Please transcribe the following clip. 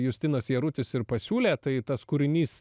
justinas jarutis ir pasiūlė tai tas kūrinys